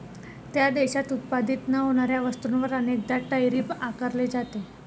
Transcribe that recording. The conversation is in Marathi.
त्या देशात उत्पादित न होणाऱ्या वस्तूंवर अनेकदा टैरिफ आकारले जाते